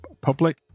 public